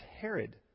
Herod